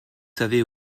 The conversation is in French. savez